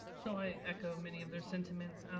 so i echo many of their sentiments.